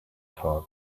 talk